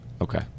Okay